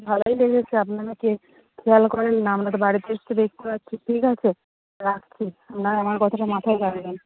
ভালোই লেগেছে আপনারা তো খেয়াল করেন না আমরা তো বাড়িতে এসে দেখতে পাচ্ছি ঠিক আছে রাখছি আপনারা আমার কথাটা মাথায় রাখবেন